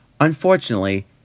Unfortunately